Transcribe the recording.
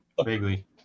vaguely